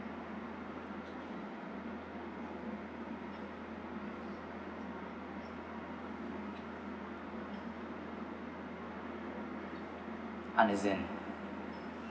understand